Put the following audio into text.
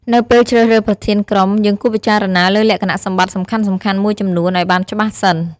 នៅពេលជ្រើសរើសប្រធានក្រុម យើងគួរពិចារណាលើលក្ខណៈសម្បត្តិសំខាន់ៗមួយចំនួនឲ្យបានច្បាស់សិន។